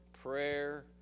prayer